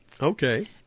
Okay